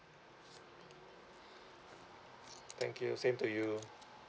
thank you same to you